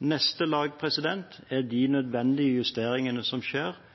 Neste lag er de nødvendige justeringene som skjer